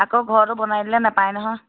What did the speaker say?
আকৌ ঘৰতো বনাই দিলে নাপাই নহয়